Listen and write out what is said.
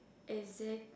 exactly